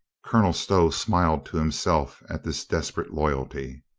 colonel stow smiled to himself at this desperate loyalty.